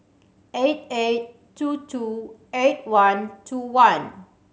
eight eight two two eight one two one